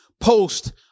post